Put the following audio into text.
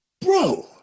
Bro